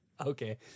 okay